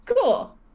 Cool